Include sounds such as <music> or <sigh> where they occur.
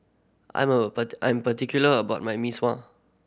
I'm a <unintelligible> I'm particular about my Mee Sua